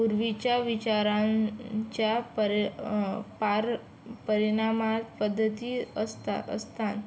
पूर्वीच्या विचारांच्या पर पार परिणामा पद्धती असतात असता